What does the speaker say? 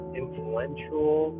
influential